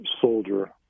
soldier